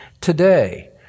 today